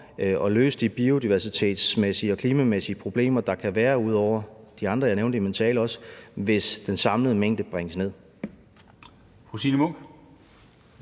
at løse de biodiversitetsmæssige og klimamæssige problemer, der kan være, ud over de andre, jeg også nævnte i min